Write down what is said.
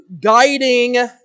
guiding